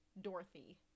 Dorothy